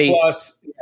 plus